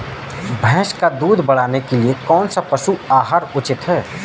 भैंस का दूध बढ़ाने के लिए कौनसा पशु आहार उचित है?